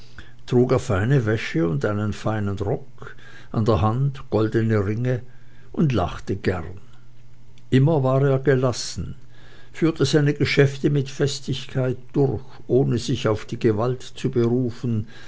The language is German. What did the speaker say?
er feine wäsche und einen feinen rock an der weißen hand goldene ringe und lachte gern immer war er gelassen führte seine geschäfte mit festigkeit durch ohne sich auf die gewalt zu berufen